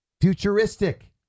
futuristic